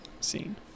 scene